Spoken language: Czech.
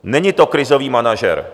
Není to krizový manažer.